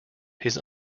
his